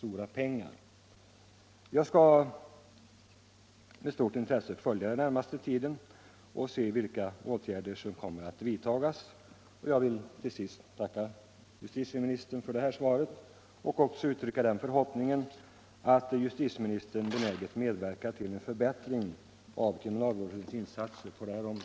Tisdagen den Jag skall med stort intresse följa debatten under den närmaste tiden 11 februari'1975 och se vilka åtgärder som kommer att vidtas, och jag vill till sist tacka justitieministern för svaret och också uttrycka den förhoppningen att Om skrivoch justitieministern benäget medverkar till en förbättring av kriminalvårdens = lästräning för